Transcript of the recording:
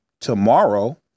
tomorrow